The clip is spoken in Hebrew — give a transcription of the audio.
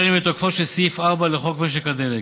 השר, שיש עכשיו בכמה יישובים תחנות משטרה שמוקמות,